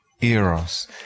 eros